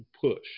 push